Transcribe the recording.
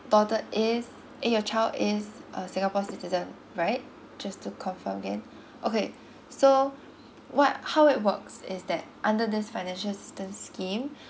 daughter is eh your child is a singapore citizen right just to confirm again okay so what how it works is that under this financial assistance scheme